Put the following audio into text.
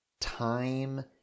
time